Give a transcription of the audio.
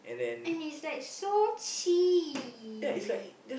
and it's like so cheap